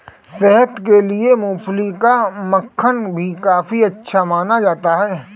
सेहत के लिए मूँगफली का मक्खन भी काफी अच्छा माना जाता है